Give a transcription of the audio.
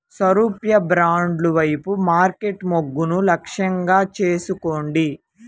సారూప్య బ్రాండ్ల వైపు మార్కెట్ మొగ్గును లక్ష్యంగా చేసుకోండి